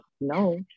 no